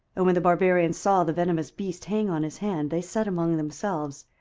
and when the barbarians saw the venomous beast hang on his hand, they said among themselves,